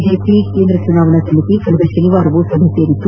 BJP ಕೇಂದ್ರ ಚುನಾವಣಾ ಸಮಿತಿ ಕಳೆದ ಶನಿವಾರ ಸಭ್ ನಡೆಸಿತ್ತು